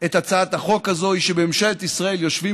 את הצעת החוק הזו היא שבממשלת ישראל יושבים